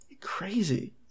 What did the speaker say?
Crazy